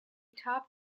top